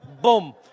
Boom